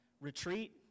retreat